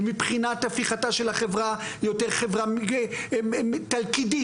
ומבחינת להפוך את החברה לחברה תלכידית,